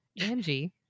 Angie